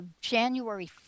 january